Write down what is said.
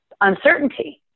uncertainty